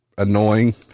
annoying